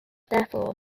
therefore